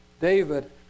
David